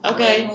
Okay